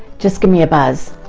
just give me a buzz.